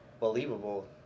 believable